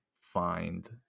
find